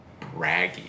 braggy